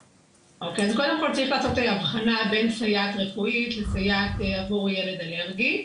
קודם כל צריך לעשות הבחנה בין סייעת רפואית לסייעת עבור ילד אלרגי.